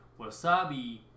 Wasabi